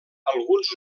alguns